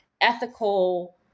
ethical